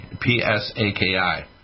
P-S-A-K-I